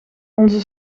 onze